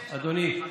אדוני,